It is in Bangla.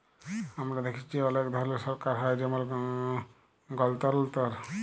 আমরা দ্যাখেচি যে অলেক ধরলের সরকার হ্যয় যেমল গলতলতর